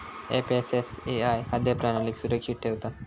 FSSAI खाद्य प्रणालीक सुरक्षित ठेवता